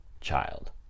child